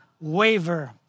waver